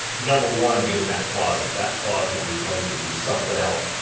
number one, being that closet, that closet is going to be something else,